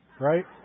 Right